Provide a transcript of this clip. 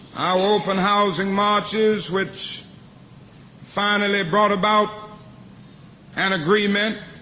our open housing marches, which finally brought about an agreement